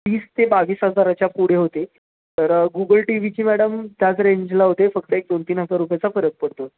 वीस ते बावीस हजाराच्या पुढे होते तर गुगल टी व्हीची मॅडम त्याच रेंजला होते फक्त एक दोन तीन हजार रुपयाचा फरक पडतो